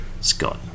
Scott